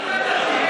אנחנו נבחן את זה.